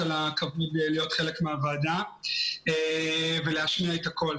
הכבוד להיות חלק מהוועדה ולהשמיע את הקול.